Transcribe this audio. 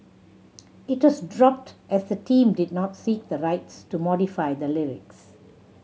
it was dropped as the team did not seek the rights to modify the lyrics